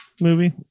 movie